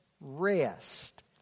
rest